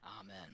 amen